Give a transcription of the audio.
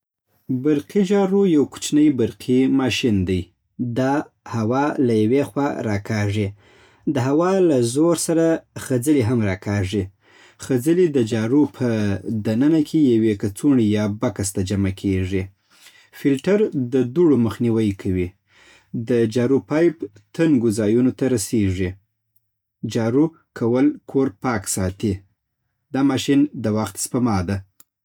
برقي جارو یو کوچنی برقي ماشین دی. دا هوا له یوې خوا راکاږي. د هوا له زور سره خځلې هم راکاږي. خځلې د جارو په دننه کې یوې کڅوړې یا بکس کې جمع کېږي. فیلتر د دوړو مخنیوی کوي. د جارو پایپ تنګو ځایونو ته رسېږي. جارو کول کور پاک ساتي. دا ماشین د وخت سپما ده